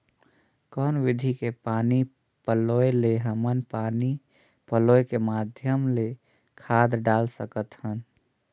कौन विधि के पानी पलोय ले हमन पानी पलोय के माध्यम ले खाद डाल सकत हन?